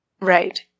Right